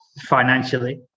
financially